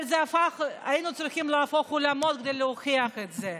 אבל היינו צריכים להפוך עולמות כדי להוכיח את זה.